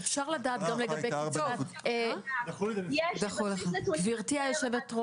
יש בסיס נתונים.